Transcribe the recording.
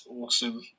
awesome